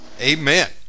Amen